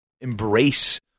embrace